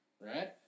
right